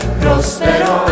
prospero